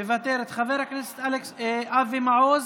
מוותרת, חבר הכנסת אבי מעוז,